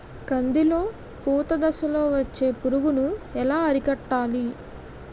కందిలో పూత దశలో వచ్చే పురుగును ఎలా అరికట్టాలి?